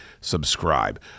subscribe